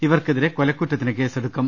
ഇവർക്കെതിരെ കൊലക്കുറ്റത്തിന് കേസെടുക്കും